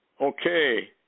Okay